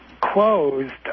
closed